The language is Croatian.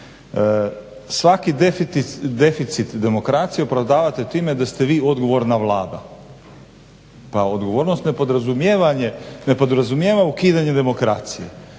Svaki deficit demokracije opravdavate time da ste vi odgovorna Vlada. Pa odgovornost ne podrazumijeva ukidanje demokracije.